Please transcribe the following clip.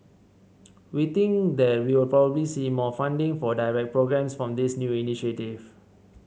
we think that we will probably see more funding for direct programmes from this new initiative